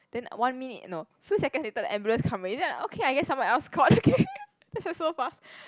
then one minute no few seconds later the ambulance come already then I okay I guess someone else called that was so fast